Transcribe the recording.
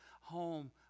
Home